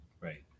Right